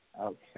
Okay